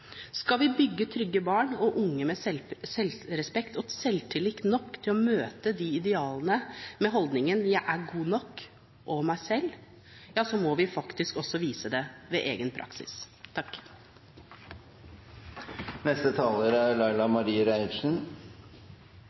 Skal vi bygge opp trygge barn og unge med selvrespekt og selvtillit nok til å møte de idealene med holdningen «jeg er god nok – og meg selv», må vi faktisk også vise det ved egen praksis.